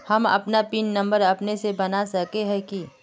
हम अपन pin number अपने से बना सके है की?